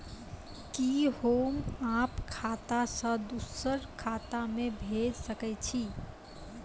कि होम आप खाता सं दूसर खाता मे भेज सकै छी?